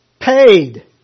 paid